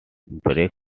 break